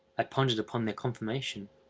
i pondered upon their conformation.